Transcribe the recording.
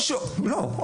לא,